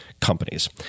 companies